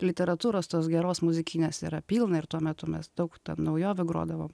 literatūros tos geros muzikinės yra pilna ir tuo metu mes daug naujovių grodavom